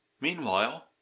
Meanwhile